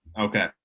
Okay